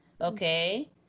Okay